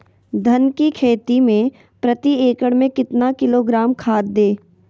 धान की खेती में प्रति एकड़ में कितना किलोग्राम खाद दे?